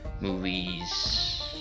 movies